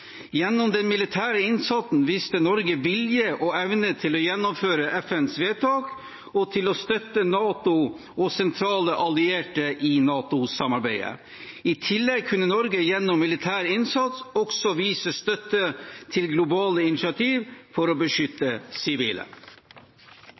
Gjennom den militære innsatsen viste Norge vilje og evne til å gjennomføre FNs vedtak og til å støtte NATO og sentrale allierte i NATO-samarbeidet. I tillegg kunne Norge gjennom militær innsats også vise støtte til globale initiativ for å beskytte